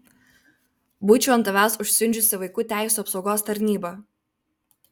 būčiau ant tavęs užsiundžiusi vaikų teisių apsaugos tarnybą